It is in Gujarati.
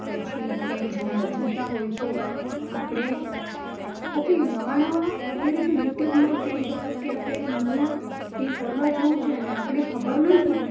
પછી ક્યાંય જતાં હોય તો આપણે ઓકે નવા નવા અત્યારે તો યુટ્યુબમાં ક્યાંય સપોઝ કે આપણે નવું ક્યાંય ફરવા જવું છે ને આપણે ખબર નથી